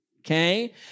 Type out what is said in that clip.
okay